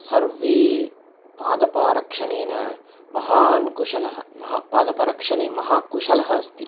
सर्वे पादपरक्षणे महान् कुशलः महापादपरक्षणे महाकुशलः अस्ति